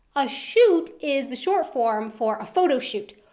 a shoot is the short-form for a photo shoot.